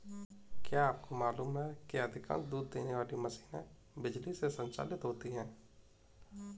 क्या आपको मालूम है कि अधिकांश दूध देने वाली मशीनें बिजली से संचालित होती हैं?